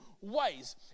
ways